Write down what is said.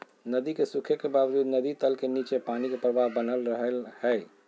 नदी के सूखे के बावजूद नदी तल के नीचे पानी के प्रवाह बनल रहइ हइ